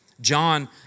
John